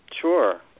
Sure